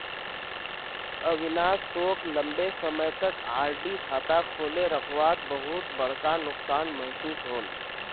अविनाश सोक लंबे समय तक आर.डी खाता खोले रखवात बहुत बड़का नुकसान महसूस होल